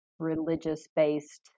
religious-based